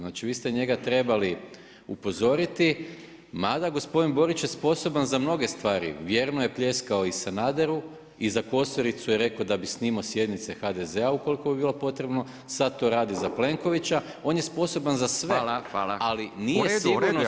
Znači vi ste njega trebali upozoriti, mada gospodin Borić je sposoban za mnoge stvari, vjerno je pljeskao i Sanaderu i za Kosoricu je rekao da bi snimao sjednice HDZ-a ukoliko bi bilo potrebno, sada to radi za Plenkovića, on je sposoban za sve, ali nije sigurno